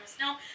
No